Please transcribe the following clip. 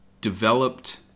Developed